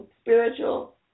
spiritual